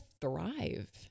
thrive